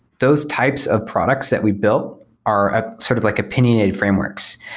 those types of products that we built are ah sort of like opinionated frameworks,